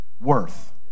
worth